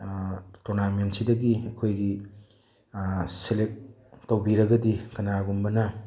ꯇꯣꯔꯅꯥꯃꯦꯟꯁꯤꯗꯒꯤ ꯑꯩꯈꯣꯏꯒꯤ ꯁꯦꯂꯦꯛ ꯇꯧꯕꯤꯔꯒꯗꯤ ꯀꯅꯥꯒꯨꯝꯕꯅ